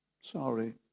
Sorry